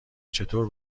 چطور